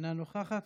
אינה נוכחת.